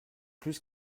plus